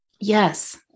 Yes